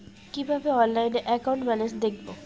কিভাবে অনলাইনে account balance দেখবো?